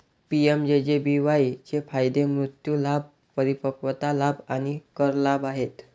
PMJJBY चे फायदे मृत्यू लाभ, परिपक्वता लाभ आणि कर लाभ आहेत